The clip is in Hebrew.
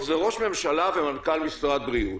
בסוף זה ראש הממשלה ומנכ"ל משרד הבריאות.